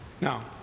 Now